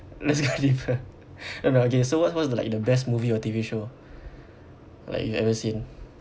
let's go deeper uh no okay so what's what's the like the best movie or T_V show like you ever seen